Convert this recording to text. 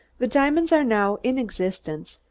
the diamonds are now in existence,